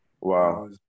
Wow